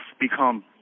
become